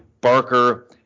Barker